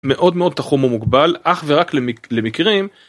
מאוד מאוד תחום ומוגבל אך ורק למקרים